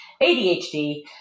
ADHD